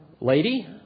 lady